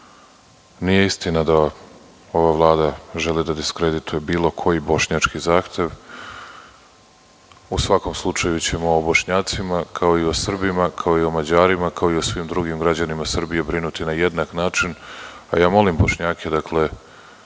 istina da ova Vlada želi da diskredituje bilo koji bošnjački zahtev. U svakom slučaju ćemo o Bošnjacima, kao i o Srbima, kao i o Mađarima, kao i o svim drugim građanima Srbije brinuti na jednak način. Molim Bošnjake da